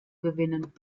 gewinnen